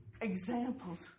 examples